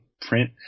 print